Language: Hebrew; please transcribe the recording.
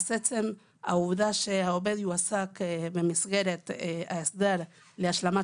העובדה שהועבד יועסק במסגרת ההסדר להשלמת